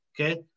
okay